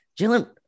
Jalen